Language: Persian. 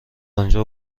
آنجا